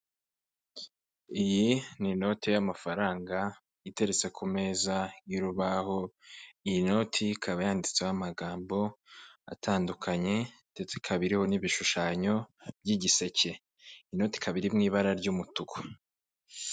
Iyi, ni inote y'amafaranga iteretse ku meza y'urubaho, iyi noti ikaba yanditseho amagambo atandukanye ndetse ikaba iriho n'ibishushanyo by'igiseke, inoti ikaba iri mu ibara ry'umutuku.